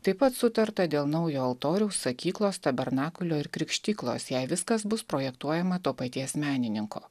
taip pat sutarta dėl naujo altoriaus sakyklos tabernakulio ir krikštyklos jei viskas bus projektuojama to paties menininko